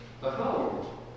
Behold